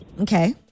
Okay